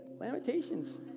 Lamentations